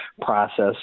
process